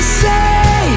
say